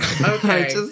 Okay